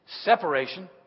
separation